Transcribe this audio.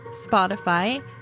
Spotify